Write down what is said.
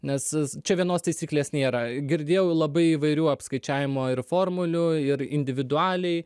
nes čia vienos taisyklės nėra girdėjau labai įvairių apskaičiavimo ir formulių ir individualiai